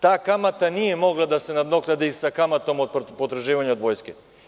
Ta kamata nije mogla da se nadoknadi kamatom od potraživanja od vojske.